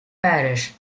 parish